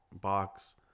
box